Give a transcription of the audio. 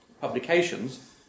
publications